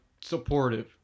supportive